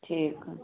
ठीक